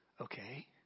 Okay